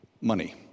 money